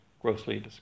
grossly